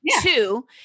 Two